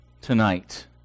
tonight